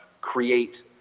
create